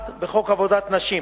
1. בחוק עבודת נשים,